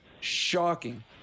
Shocking